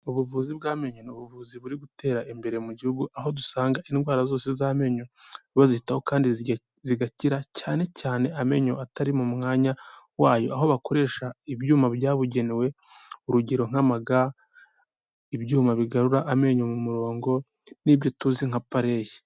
Ubuvuzi bw'amenyo n'ubuvuzi buri gutera imbere mu gihugu aho dusanga indwara zose z'amenyo bazitaho kandi zigakira cyane cyane amenyo atari mu mwanya wayo aho bakoresha ibyuma byabugenewe urugero nk'amaga ibyuma bigarura amenyo mu murongo n'ibyo tuzi nka apareye.